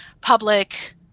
public